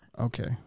Okay